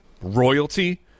royalty